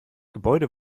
gebäude